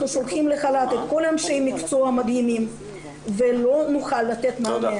שולחים לחל"ת את כל אנשי המקצוע המדהימים ולא נוכל לתת מענה.